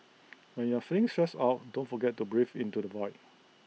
when you are feeling stressed out don't forget to breathe into the void